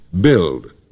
Build